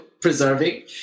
preserving